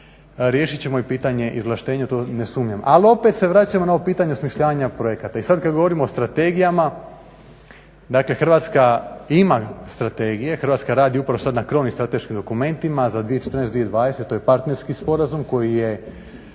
riješit ćemo i pitanje izvlaštenja to ne sumnjam. Ali opet se vraćamo na ono pitanje osmišljavanja projekata i sada kada govorimo o strategijama, dakle Hrvatska ima strategije, Hrvatska radi upravo sada na krovnim strateškim dokumentima za 2014.-2020.partnerski sporazum koji je